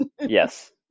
Yes